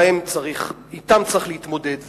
אתם צריך להתמודד.